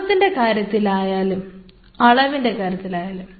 ഗുണത്തിൻറെ കാര്യത്തിലായാലും അളവിൻറെ കാര്യത്തിലായാലും